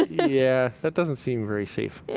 yeah, that doesn't seem very safe.